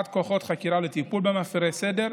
הקצאת כוחות חקירה לטיפול במפירי סדר,